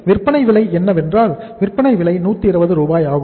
விற்பனை விலை என்னவென்றால் விற்பனை விலை 120 ரூபாய் ஆகும்